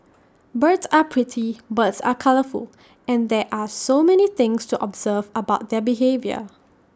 birds are pretty birds are colourful and there are so many things to observe about their behaviour